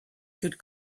could